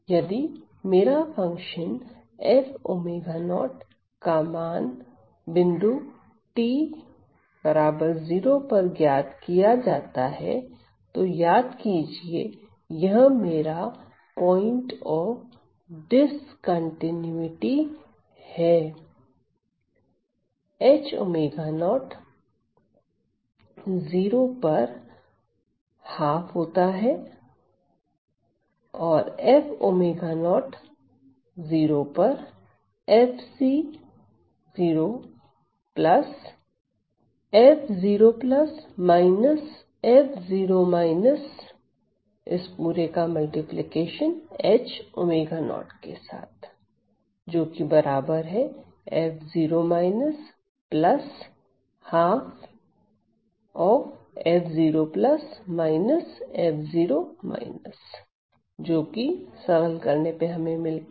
यदि मेरा function f𝛚0 का मान बिंदु t0 पर ज्ञात किया जाता है तो याद कीजिए यह मेरा पॉइंट ऑफ डिस्कंटीन्यूटी है